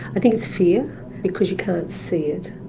i think it's fear because you can't see it.